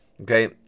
okay